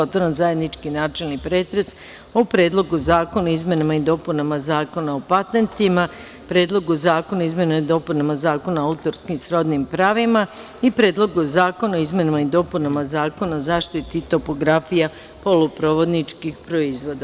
Otvaram zajednički načelni pretres o Predlogu zakona o izmenama i dopunama Zakona o patentima, Predlogu zakona o izmenama i dopunama Zakona o autorskim i srodnim pravima i Predlogu zakona o izmenama i dopunama Zakona o zaštiti topografija poluprovodničkih proizvoda.